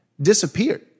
disappeared